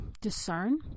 discern